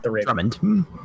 Drummond